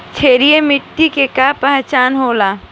क्षारीय मिट्टी के का पहचान होखेला?